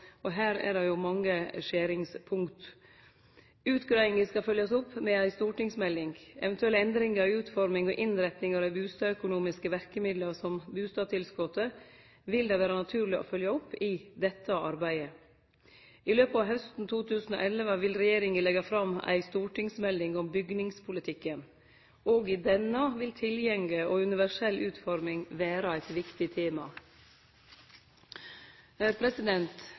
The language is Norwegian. og innretting av dei bustadøkonomiske verkemidla, som bustadtilskottet, vil det vere naturleg å følgje opp i dette arbeidet. I løpet av hausten 2011 vil regjeringa leggje fram ei stortingsmelding om bygningspolitikken. I denne vil tilgjenge og universell utforming vere eit viktig tema.